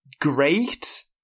great